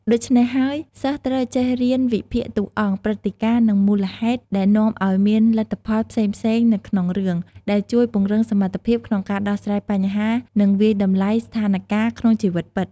ដូច្នេះហើយ សិស្សត្រូវចេះរៀនវិភាគតួអង្គ ព្រឹត្តិការណ៍ និងមូលហេតុដែលនាំឱ្យមានលទ្ធផលផ្សេងៗនៅក្នុងរឿង ដែលជួយពង្រឹងសមត្ថភាពក្នុងការដោះស្រាយបញ្ហា និងវាយតម្លៃស្ថានការណ៍ក្នុងជីវិតពិត។